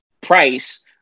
price